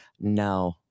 no